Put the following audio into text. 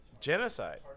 Genocide